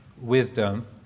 wisdom